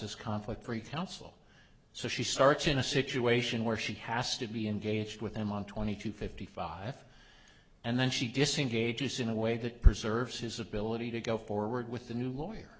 is conflict free counsel so she starts in a situation where she has to be engaged with them on twenty to fifty five and then she disengage is in a way that preserves his ability to go forward with the new lawyer